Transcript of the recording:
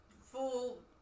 full